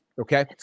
Okay